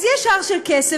אז יש הר של כסף,